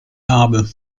habe